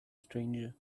stranger